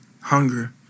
hunger